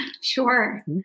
Sure